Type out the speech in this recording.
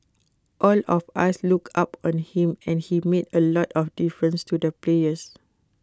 all of us looked up on him and he made A lot of difference to the players